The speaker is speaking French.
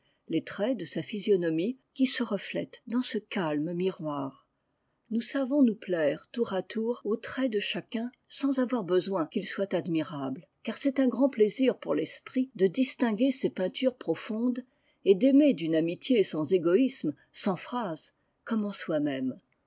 les traits de sa physionomie qui se reflètent dans ce calme miroir nous savons nous plaire tour à tour aux traits de chacun sans avoir besoin qu'ils soient admirables car c'est un grand plaisir pour l'esprit de distinguer ces peintures profondes et d'aimer d'une amitié sans égoïsme sans phrases comme en soi-même